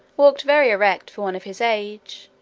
walked very erect for one of his age,